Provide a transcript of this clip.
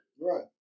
right